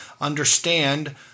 understand